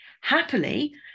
Happily